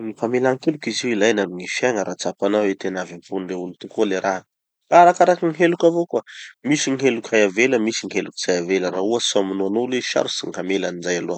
Gny famelan-keloky izy io ilaina amy gny fiaigna raha tsapanao hoe tena avy ampon'ny le olo tokoa le raha. Fa arakaraky gny heloky avao koa. Misy gny heloky hay avela, misy heloky tsy hay avela. Raha ohatsy famonoan'olo izy, sarotsy gny hamela anizay aloha.